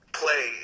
play